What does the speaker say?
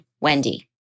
Wendy